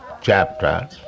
chapter